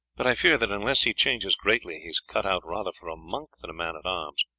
but i fear that unless he changes greatly he is cut out rather for a monk than a man-at-arms.